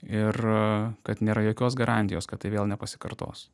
ir kad nėra jokios garantijos kad tai vėl nepasikartos